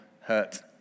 hurt